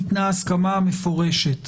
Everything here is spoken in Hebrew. הסכמה מפורשת